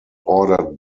ordered